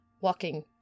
walking